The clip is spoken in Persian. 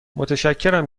متشکرم